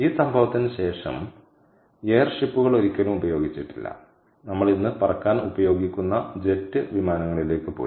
ഈ സംഭവത്തിന് ശേഷം എയർ ഷിപ്പുകൾ ഒരിക്കലും ഉപയോഗിച്ചിട്ടില്ല നമ്മൾ ഇന്ന് പറക്കാൻ ഉപയോഗിക്കുന്ന ജെറ്റ് വിമാനങ്ങളിലേക്ക് പോയി